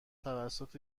توسط